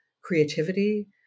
creativity